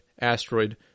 asteroid